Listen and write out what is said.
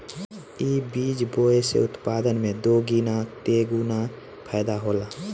इ बीज बोए से उत्पादन में दोगीना तेगुना फायदा होला